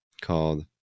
called